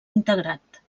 integrat